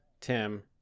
Tim